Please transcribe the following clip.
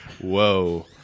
Whoa